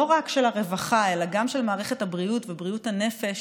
לא רק של הרווחה אלא גם של מערכת הבריאות ובריאות הנפש,